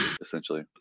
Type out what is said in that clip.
essentially